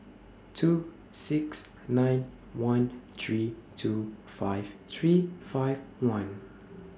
two six nine one three two five three five one